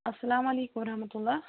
اَسلامُ علیکُم وَرحمتہ اللہ